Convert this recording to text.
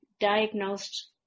diagnosed